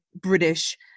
British